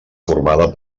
formada